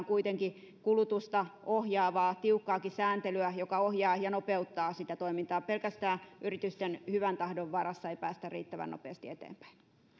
kuitenkin kulutusta ohjaavaa tiukkaakin sääntelyä joka ohjaa ja nopeuttaa sitä toimintaa pelkästään yritysten hyvän tahdon varassa ei päästä riittävän nopeasti eteenpäin